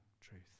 truth